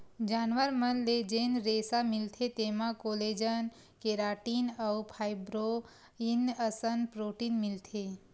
जानवर मन ले जेन रेसा मिलथे तेमा कोलेजन, केराटिन अउ फाइब्रोइन असन प्रोटीन मिलथे